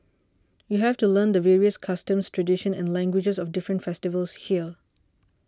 you have to learn the various customs tradition and languages of different festivals here